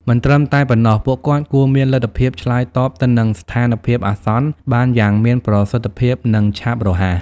មិនត្រឹមតែប៉ុណ្ណោះ ពួកគាត់គួរមានលទ្ធភាពឆ្លើយតបទៅនឹងស្ថានភាពអាសន្នបានយ៉ាងមានប្រសិទ្ធភាពនិងឆាប់រហ័ស។